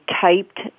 typed